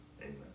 Amen